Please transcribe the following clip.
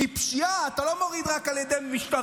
כי פשיעה אתה לא מוריד רק על ידי משטרה,